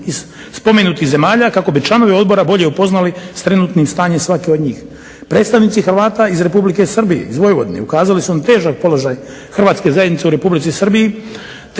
iz spomenutih zemalja kako bi članovi odbora bolje upoznali s trenutnim stanjem svake od njih. Predstavnici Hrvata iz Republike Srbije, iz Vojvodine ukazali su na težak položaj hrvatske zajednice u Republici Srbiji